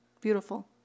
Beautiful